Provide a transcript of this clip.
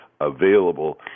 Available